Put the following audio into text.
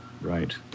Right